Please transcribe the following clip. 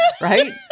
Right